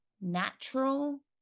natural